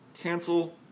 cancel